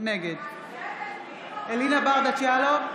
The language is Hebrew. נגד אלינה ברדץ' יאלוב,